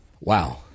Wow